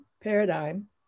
paradigm